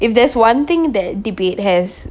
if there's one thing that debate has